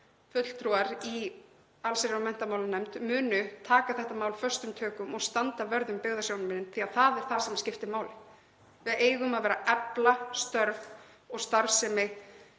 fulltrúar í allsherjar- og menntamálanefnd taki þetta mál föstum tökum og standi vörð um byggðasjónarmiðin, því það er það sem skiptir máli. Við eigum að efla störf og starfsemi